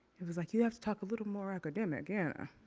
it was like, you have to talk a little more academic, and